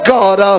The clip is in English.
God